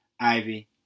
Ivy